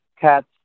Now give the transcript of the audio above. cats